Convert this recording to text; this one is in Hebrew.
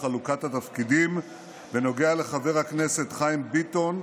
חלוקת התפקידים בנוגע לחבר הכנסת חיים ביטון,